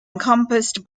encompassed